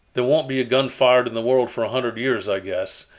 there won't be a gun fired in the world for a hundred years, i guess.